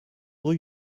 rue